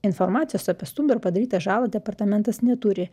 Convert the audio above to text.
informacijos apie stumbro padarytą žalą departamentas neturi